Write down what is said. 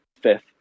fifth